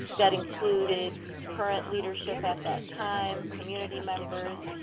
that included current leadership at that time, community members,